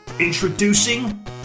Introducing